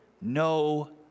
No